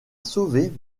sauvée